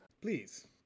Please